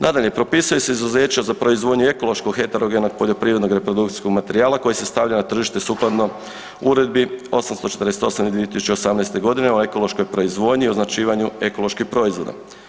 Nadalje, propisuje se izuzeće za proizvodnju ekološkog heterogenog poljoprivrednog reprodukcijskog materijala koji se stavlja na tržište sukladno Uredbi 848 iz 2018.g. o ekološkoj proizvodnji i označivanju ekoloških proizvoda.